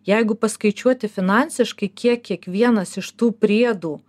jeigu paskaičiuoti finansiškai kiek kiekvienas iš tų priedų